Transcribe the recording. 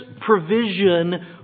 provision